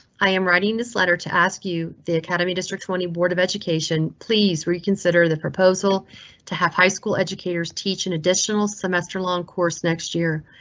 i am writing this letter to ask you the academy district twenty board of education. please reconsider the proposal to have high school educators teach an additional semester long course next year.